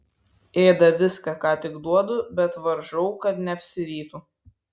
ėda viską ką tik duodu bet varžau kad neapsirytų